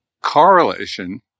correlation